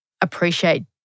appreciate